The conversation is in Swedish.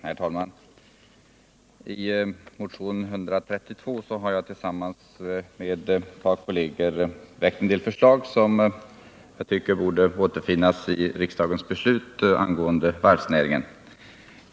Herr talman! I motion nr 132 har jag tillsammans med ett par kolleger väckt ett antal förslag som vi tycker borde återfinnas i riksdagens beslut angående varvsnäringen.